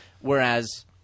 Whereas